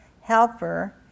helper